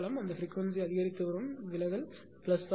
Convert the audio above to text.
அந்த பிரிக்வன்சி அதிகரித்து வரும் விலகல் பிளஸ் ஆகும்